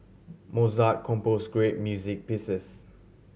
Mozart compose great music pieces